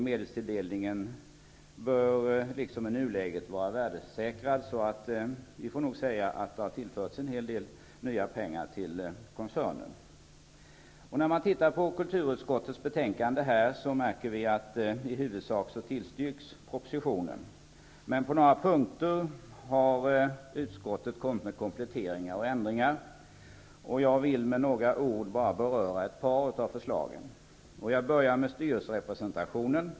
Medelstilldelningen bör liksom i nuläget vara värdesäkrad. Därför får vi nog säga att det har tillförts en hel del nya pengar till koncernen. När man läser kulturutskottets betänkande ser man att propositionen i huvudsak tillstyrks. Men på några punkter har utskottet gjort kompletteringar och ändringar. Jag vill med några ord beröra ett par av förslagen. Jag skall först ta upp styrelserepresentationen.